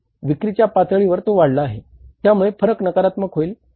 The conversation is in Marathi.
विक्रीच्या पातळीवर तो वाढला आहे त्यामुळे फरक नकारात्मक होईल